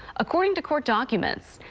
according to court documents,